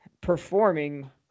performing